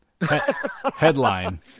headline